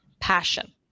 passion